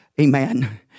Amen